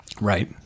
Right